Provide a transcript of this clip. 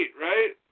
right